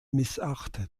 missachtet